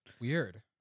Weird